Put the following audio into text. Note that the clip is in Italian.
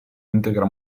integra